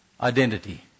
identity